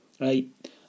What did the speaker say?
right